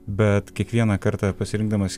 bet kiekvieną kartą pasirinkdamas